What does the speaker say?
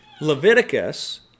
Leviticus